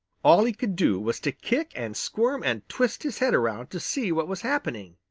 all he could do was to kick and squirm and twist his head around to see what was happening.